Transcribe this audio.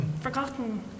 forgotten